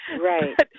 Right